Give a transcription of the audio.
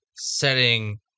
setting